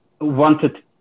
wanted